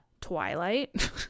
twilight